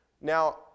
Now